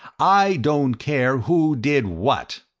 i don't care who did what!